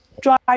drive